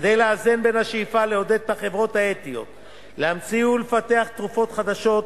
כדי לאזן בין השאיפה לעודד את החברות האתיות להמציא ולפתח תרופות חדשות,